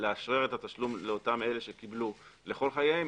לאשרר את התשלום לאותם אלה שקיבלו לכל חייהם,